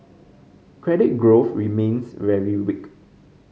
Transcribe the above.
credit growth remains very weak